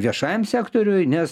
viešajam sektoriui nes